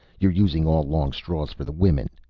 you're using all long straws for the women!